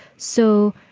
so.